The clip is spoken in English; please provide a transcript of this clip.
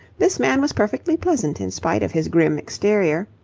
this man was perfectly pleasant in spite of his grim exterior.